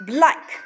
Black